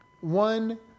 one